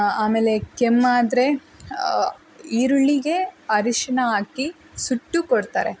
ಆಮೇಲೆ ಕೆಮ್ಮು ಆದರೆ ಈರುಳ್ಳಿಗೆ ಅರಿಶಿನ ಹಾಕಿ ಸುಟ್ಟು ಕೊಡ್ತಾರೆ